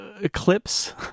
eclipse